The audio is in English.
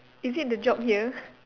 is it the job here